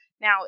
Now